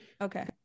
Okay